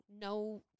No